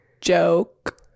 joke